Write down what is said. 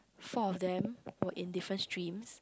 four of them were in different stream